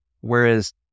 whereas